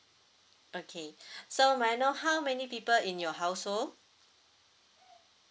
okay so may I know how many people in your household